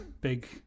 big